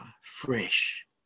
fresh